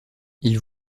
ils